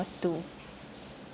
to